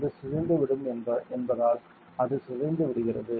அது சிதைந்துவிடும் என்பதால் அது சிதைந்து விடுகிறது